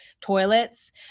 toilets